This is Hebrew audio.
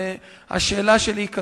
אני חושב שהשר גם יסכים אתי.